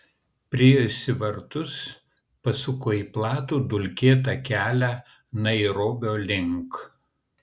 priėjusi vartus pasuko į platų dulkėtą kelią nairobio link